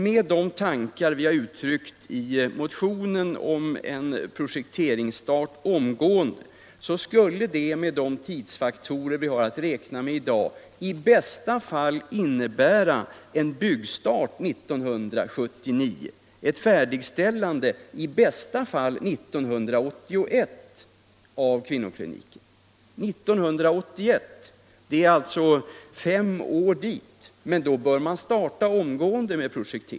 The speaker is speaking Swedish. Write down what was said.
Med en projekteringsstart omgående skulle det, med de tidsfaktorer vi har att räkna med, i bästa fall innebära byggstart 1979 och ett färdigställande 1981 av kvinnokliniken. Det är alltså tem år dit. Men då bör projekteringen starta omgående. Det är läget.